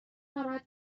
ناراحت